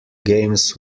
games